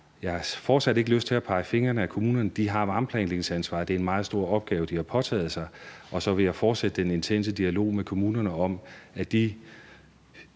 Jeg har fortsat ikke lyst til at pege fingre ad kommunerne. De har varmeplanlægningsansvaret. Det er en meget stor opgave, de har påtaget sig. Så jeg vil fortsætte den intense dialog med kommunerne om, at de